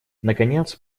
наконец